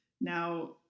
now